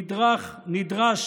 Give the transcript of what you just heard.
נדרש